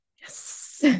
Yes